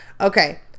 Okay